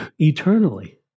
eternally